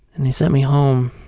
and they sent me home,